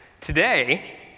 Today